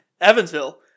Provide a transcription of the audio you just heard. Evansville